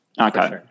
Okay